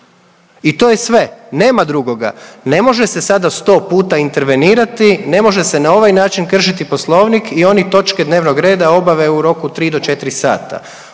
i to je sve. Nema drugoga, ne može se sada 100 puta intervenirati, ne može se na ovaj način kršiti Poslovnik i oni točke dnevnog reda obave u roku 3 do 4 sata.